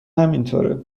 همینطوره